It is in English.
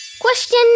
Question